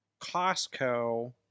Costco